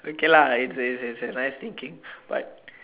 okay lah it it it's a nice thinking but